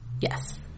Yes